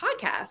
podcast